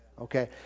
Okay